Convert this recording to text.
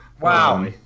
Wow